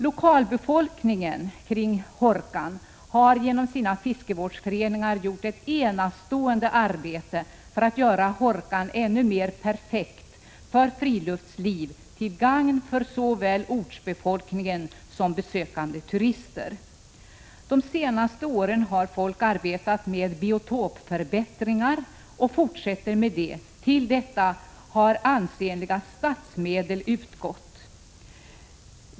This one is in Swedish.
Lokalbefolkningen kring Hårkan har genom sina fiskevårdsföreningar gjort ett enastående arbete för att göra Hårkan ännu mer perfekt för friluftsliv, till gagn för såväl ortsbefolkningen som besökande turister. Under de senaste åren har folk arbetat med biotopförbättringar och det fortsätter man med. Till detta har ansenliga statsmedel utgått.